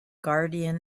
guardian